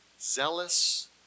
zealous